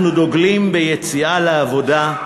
אנחנו דוגלים ביציאה לעבודה,